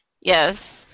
Yes